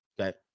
Okay